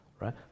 right